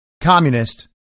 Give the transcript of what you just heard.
communist